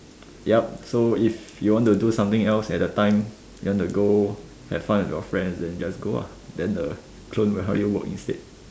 yup so if you want to do something else at the time you want to go have fun with your friends then just go then the clone will help you work instead